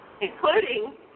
including